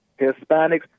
Hispanics